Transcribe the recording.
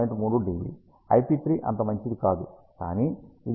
3 dB IP3 అంత మంచిది కాదు కానీ ఇది ఇప్పటికీ 1